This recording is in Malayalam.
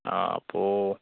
ആ അപ്പോൾ